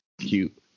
Cute